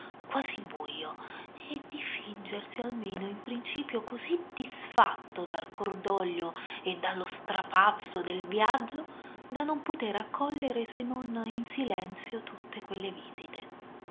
quasi bujo e di fingersi almeno in principio così disfatto dal cordoglio e dallo strapazzo del viaggio da non potere accogliere se non in silenzio tutte quelle visite